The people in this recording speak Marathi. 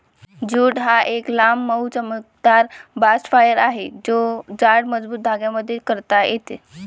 ज्यूट हा एक लांब, मऊ, चमकदार बास्ट फायबर आहे जो जाड, मजबूत धाग्यांमध्ये कातता येतो